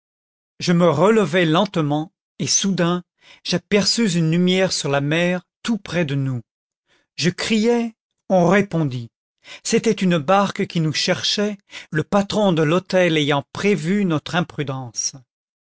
je me relevai lentement et soudain j'aperçus une lumière sur la mer tout près de nous je criai on répondit c'était une barque qui nous cherchait le patron de l'hôtel ayant prévu notre imprudence